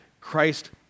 Christ